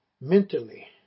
mentally